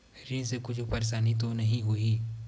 ऋण से कुछु परेशानी तो नहीं होही?